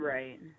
Right